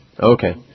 Okay